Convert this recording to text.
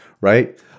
right